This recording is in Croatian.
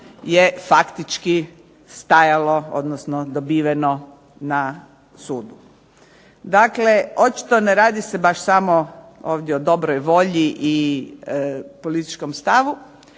je faktički stajalo, odnosno dobiveno na sudu. Dakle, očito ne radi se baš samo ovdje o dobroj volji i političkom stavu,